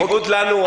בניגוד לנו,